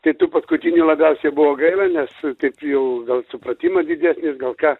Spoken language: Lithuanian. tai to paskutinio labiausiai buvo gaila nes taip jau gal supratimas didesnis gal ką